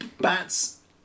bats